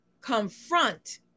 confront